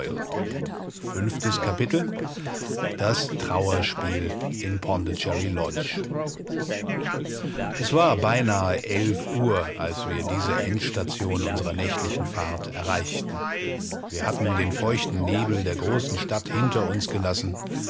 es war beinahe elf uhr als wir diesen letzten punkt unseres nächtlichen abenteuers erreichten wir hatten den klammen nebel der großen stadt hinter uns gelassen